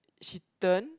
she turn